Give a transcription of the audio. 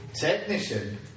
Technician